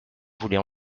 voulait